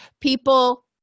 people